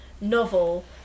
novel